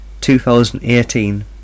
2018